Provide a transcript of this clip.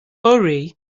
hurry